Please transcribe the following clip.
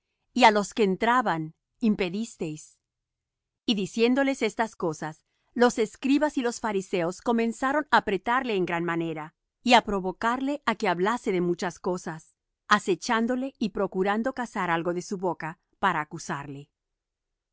á los que entraban impedisteis y diciéndoles estas cosas los escribas y los fariseos comenzaron á apretar le en gran manera y á provocarle á que hablase de muchas cosas acechándole y procurando cazar algo de su boca para acusarle